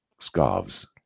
scarves